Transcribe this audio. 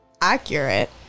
accurate